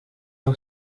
nou